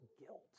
guilt